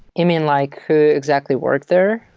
you mean like, who exactly worked there?